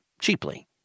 cheaply